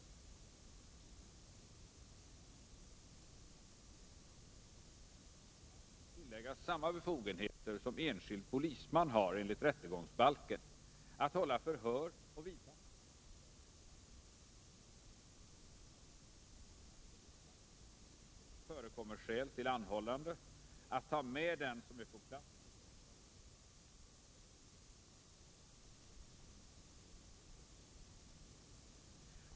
I propositionen föreslås bl.a. att kustbevakningstjänsteman skall tilläggas samma befogenheter som enskild polisman har enligt rättegångsbalken att hålla förhör och vidta annan åtgärd innan förundersökning om brott hunnit inledas, att gripa någon mot vilken förekommer skäl till anhållande, att ta med den som är på plats där brott har förövats till förhör och att verkställa husrannsakan i särskilt angivna fall.